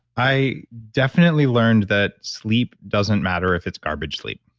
i definitely learned that sleep doesn't matter if it's garbage sleep.